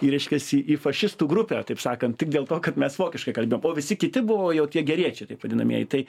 į reiškiasi į fašistų grupę taip sakant tik dėl to kad mes vokiškai kalbėjom o visi kiti buvo jau tie geriečiai taip vadinamieji tai